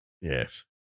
Yes